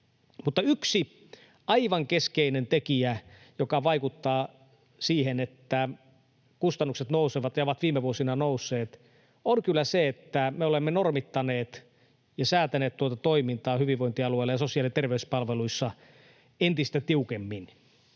yksi aivan keskeinen tekijä, joka vaikuttaa siihen, että kustannukset nousevat ja ovat viime vuosina nousseet, on kyllä se, että me olemme normittaneet ja säätäneet tuota toimintaa hyvinvointialueilla ja sosiaali- ja terveyspalveluissa entistä tiukemmin.